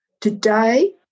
Today